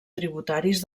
tributaris